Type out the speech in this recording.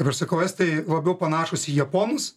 dabar sakau estai labiau panašūs į japonus